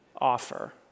offer